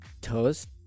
toast